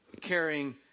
carrying